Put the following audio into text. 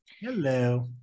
Hello